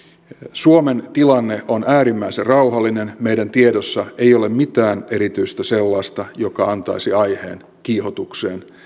suomen tilanne on äärimmäisen rauhallinen meidän tiedossamme ei ole mitään sellaista erityistä joka antaisi aiheen kiihotukseen